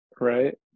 right